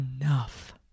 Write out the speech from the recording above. enough